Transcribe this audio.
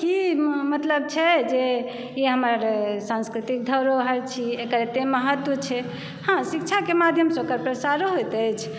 की मतलब छै जे ई हमर सांस्कृतिक धरोहर छी एकर एतय महत्व छै हँ शिक्षाके माध्यमसॅं ओकर प्रचारो होयत अछि